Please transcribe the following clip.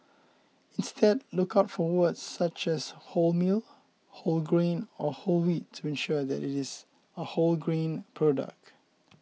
instead look out for words such as wholemeal whole grain or whole wheat to ensure that is a whole grain product